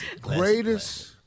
Greatest